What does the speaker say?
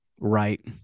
right